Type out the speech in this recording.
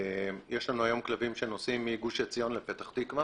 יש לנו היום כלבים שנוסעים מגוש עציון לפתח-תקווה